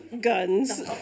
guns